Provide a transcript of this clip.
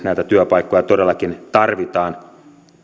näitä työpaikkoja todellakin tarvitaan